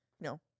no